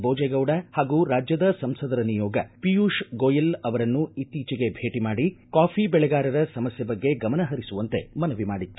ಬೋಜೇಗೌಡ ಹಾಗೂ ರಾಜ್ಯದ ಸಂಸದರ ನಿಯೋಗ ಪಿಯೂಷ್ ಗೋಯಲ್ ಅವರನ್ನು ಇತ್ತೀಚೆಗೆ ಭೇಟ ಮಾಡಿ ಕಾಪೀ ಬೆಳೆಗಾರರ ಸಮಸ್ಯೆ ಬಗ್ಗೆ ಗಮನಹರಿಸುವಂತೆ ಮನವಿ ಮಾಡಿತ್ತು